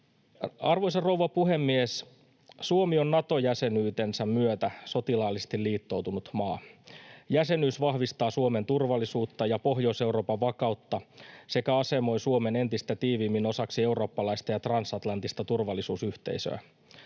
Arvoisa rouva puhemies! Suomi on Nato-jäsenyytensä myötä sotilaallisesti liittoutunut maa. Jäsenyys vahvistaa Suomen turvallisuutta ja Pohjois-Euroopan vakautta sekä asemoi Suomen entistä tiiviimmin osaksi eurooppalaista ja transatlanttista turvallisuusyhteisöä.